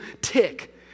tick